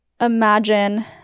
imagine